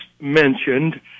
mentioned